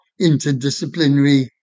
Interdisciplinary